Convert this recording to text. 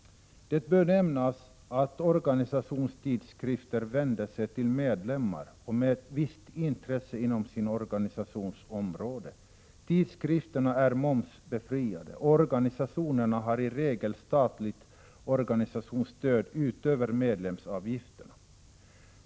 Det bör nämnas att organisationstidskrifter vänder sig till medlemmar med visst intresse inom sin organisations område. Tidskrifterna är momsbefriade, och organisationerna har i regel statligt organisationsstöd utöver medlemsavgifterna.